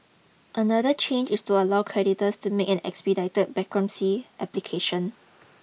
another change is to allow creditors to make an expedited bankruptcy application